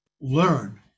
learn